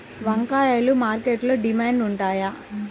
వంకాయలు మార్కెట్లో డిమాండ్ ఉంటాయా?